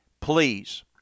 Please